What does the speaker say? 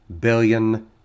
billion